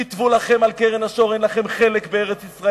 כתבו לכם על קרן השור: אין לכם חלק בארץ-ישראל.